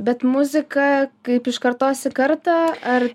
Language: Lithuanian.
bet muzika kaip iš kartos į kartą ar